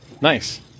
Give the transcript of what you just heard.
Nice